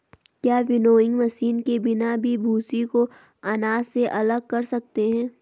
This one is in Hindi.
क्या विनोइंग मशीन के बिना भी भूसी को अनाज से अलग कर सकते हैं?